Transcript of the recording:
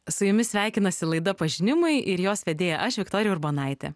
su jumis sveikinasi laida pažinimai ir jos vedėja aš viktorija urbonaitė